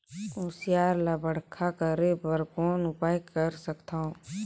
कुसियार ल बड़खा करे बर कौन उपाय कर सकथव?